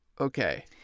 Okay